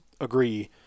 agree